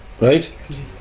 right